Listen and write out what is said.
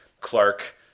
Clark